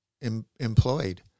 employed